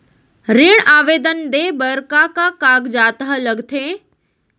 ऋण आवेदन दे बर का का कागजात ह लगथे?